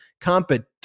competition